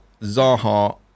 Zaha